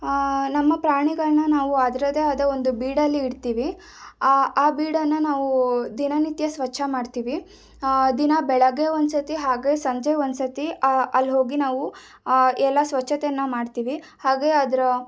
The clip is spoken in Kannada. ನಮ್ಮ ಪ್ರಾಣಿಗಳನ್ನ ನಾವು ಅದರದೇ ಆದ ಒಂದು ಬೀಡಲ್ಲಿ ಇಡ್ತೀವಿ ಆ ಬೀಡನ್ನು ನಾವು ದಿನನಿತ್ಯ ಸ್ವಚ್ಛ ಮಾಡ್ತೀವಿ ದಿನ ಬೆಳಗ್ಗೆ ಒಂದ್ಸತಿ ಹಾಗೆ ಸಂಜೆ ಒಂದ್ಸತಿ ಅಲ್ಲಿ ಹೋಗಿ ನಾವು ಎಲ್ಲ ಸ್ವಚ್ಛತೆಯನ್ನು ಮಾಡ್ತೀವಿ ಹಾಗೆ ಅದರ